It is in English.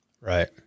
Right